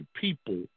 people